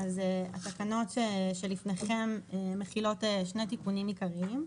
התקנות שלפניכם מכילות שני תיקונים עיקריים.